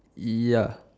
yeah